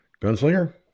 Gunslinger